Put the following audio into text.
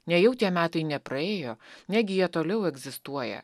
nejau tie metai nepraėjo negi jie toliau egzistuoja